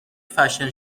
فشن